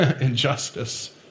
injustice